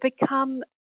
become